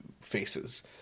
faces